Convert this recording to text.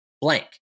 blank